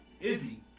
Izzy